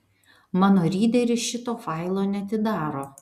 mano ryderis šito failo neatidaro